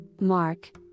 Mark